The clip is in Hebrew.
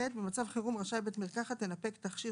(ח) במצב חירום רשאי בית מרקחת לנפק תכשיר